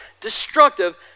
destructive